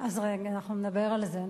רגע, אנחנו נדבר על זה.